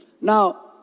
Now